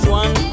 one